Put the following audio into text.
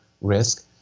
risk